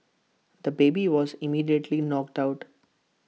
the baby was immediately knocked out